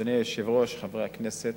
אדוני היושב-ראש, חברי הכנסת,